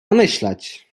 namyślać